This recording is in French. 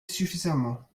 suffisamment